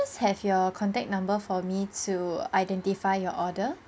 ~st have your contact number for me to identify your order